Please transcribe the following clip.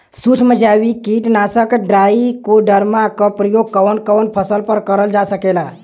सुक्ष्म जैविक कीट नाशक ट्राइकोडर्मा क प्रयोग कवन कवन फसल पर करल जा सकेला?